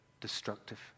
destructive